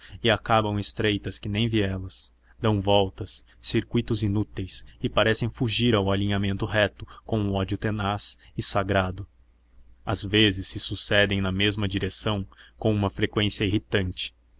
e acabam estreitas que nem vielas dão voltas circuitos inúteis e parecem fugir ao alinhamento reto com um ódio tenaz e sagrado às vezes se sucedem na mesma direção com uma freqüência irritante